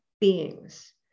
beings